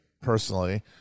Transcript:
personally